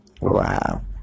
Wow